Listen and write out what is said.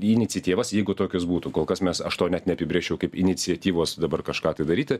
iniciatyvas jeigu tokios būtų kol kas mes aš to net neapibrėžčiau kaip iniciatyvos dabar kažką tai daryti